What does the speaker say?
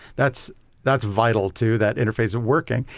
that's that's vital to that interface of working.